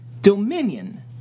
dominion